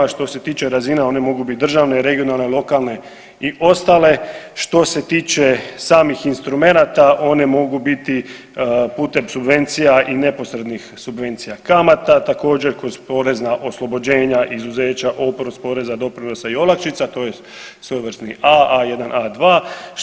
Što se tiče razina one mogu biti državne, regionalne, lokalne i ostale, što se tiče samih instrumenata one mogu biti putem subvencija i neposrednih subvencija kamata, također kroz porezna oslobođenja, izuzeća, oprost poreza, doprinosa i olakšica to je svojevrsni AA1, A2.